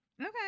Okay